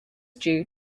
due